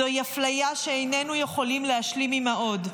זוהי אפליה שאיננו יכולים להשלים עימה עוד.